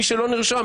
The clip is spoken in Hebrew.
מי שלא נרשם,